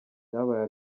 byabaye